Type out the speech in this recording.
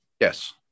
Yes